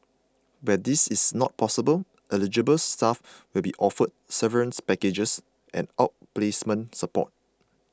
where this is not possible eligible staff will be offered severance packages and outplacement support